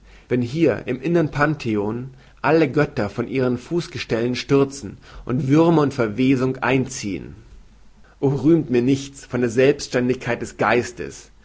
wenn hier im innern pantheon alle götter von ihren fußgestellen stürzen und würmer und verwesung einziehen o rühmt mir nichts von der selbstständigkeit des geistes